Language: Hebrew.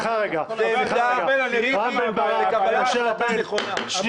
עמדה בעד, עמדת נגד, עמדת פשרה באמצע, מציע